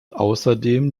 außerdem